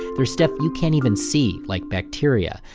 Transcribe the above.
there's stuff you can't even see, like bacteria.